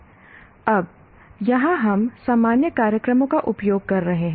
अब यहाँ हम सामान्य कार्यक्रमों का उपयोग कर रहे हैं